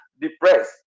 depressed